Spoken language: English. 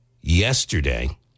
yesterday